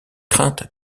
crainte